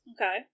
Okay